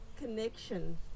connection